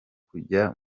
kujya